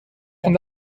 van